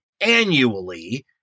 annually